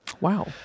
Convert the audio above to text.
Wow